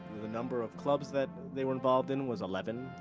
the number of clubs that they were involved in was eleven.